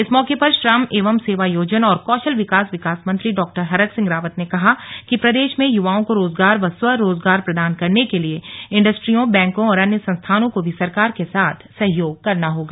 इस मौके पर श्रम एवं सेवायोजन और कौशल विकास विकास मंत्री डॉ हरक सिंह रावत ने कहा कि प्रदेश में युवाओं को रोजगार व स्वरोजगार प्रदान करने के लिए इंडस्ट्रियों बैंकों और अन्य संस्थानों को भी सरकार के साथ सहयोग करना होगा